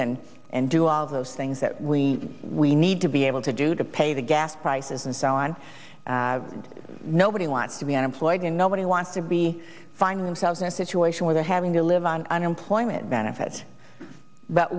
and and do all those things that we we need to be able to do to pay the gas prices and so on and nobody wants to be unemployed and nobody wants to be finding themselves in a situation where they're having to live on unemployment benefit but